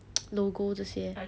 logo 这些